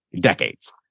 decades